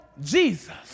Jesus